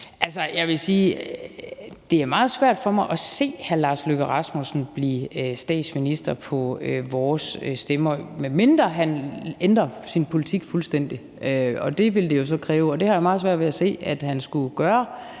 det er meget svært for mig at se hr. Lars Løkke Rasmussen blive statsminister på vores stemmer, medmindre han ændrer sin politik fuldstændig. Det vil det jo så kræve, og det har jeg meget svært ved at se at han skulle gøre,